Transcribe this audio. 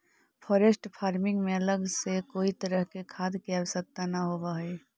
forest farming में अलग से कोई तरह के खाद के आवश्यकता न होवऽ हइ